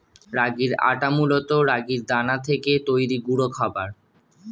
রাগির আটা মূলত রাগির দানা থেকে তৈরি গুঁড়ো খাবার